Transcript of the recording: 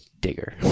Digger